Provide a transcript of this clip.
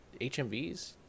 HMVs